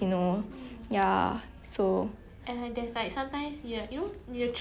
what's that